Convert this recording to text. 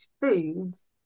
foods